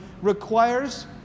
requires